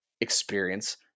experience